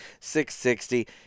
660